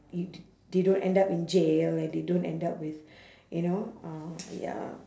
you they don't end up in jail and they don't end up with you know uh ya lah